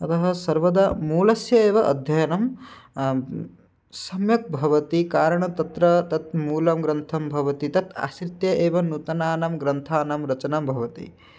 अतः सर्वदा मूलस्य एव अध्ययनं सम्यक् भवति कारणं तत्र तत् मूलं ग्रन्थं भवति तत् आसीत् ते एव नूतनानां ग्रन्थानां रचना भवति